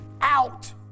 out